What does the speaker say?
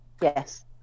Yes